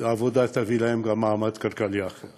ירדו בחורי ישיבת קריית ארבע להתפלל בבית הדסה בחברון.